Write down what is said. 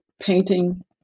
painting